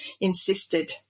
insisted